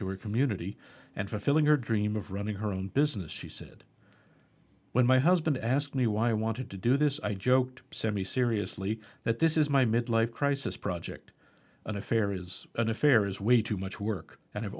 to her community and fulfilling her dream of running her own business she said when my husband asked me why i wanted to do this i joked semi seriously that this is my midlife crisis project an affair is an affair is way too much work and